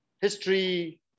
history